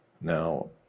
Now